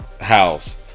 house